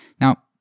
Now